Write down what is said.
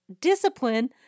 discipline